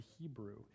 Hebrew